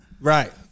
right